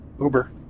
Uber